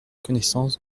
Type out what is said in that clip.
connaissance